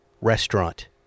restaurant